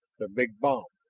the big bomb.